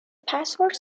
password